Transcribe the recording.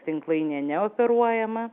tinklainė neoperuojama